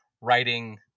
writing